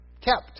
kept